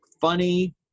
funny